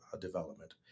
development